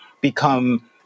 become